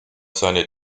seine